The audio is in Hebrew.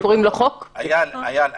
איל,